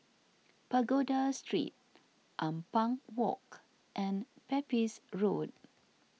Pagoda Street Ampang Walk and Pepys Road